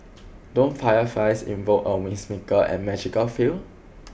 don't fireflies invoke a whimsical and magical feel